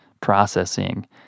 processing